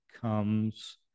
comes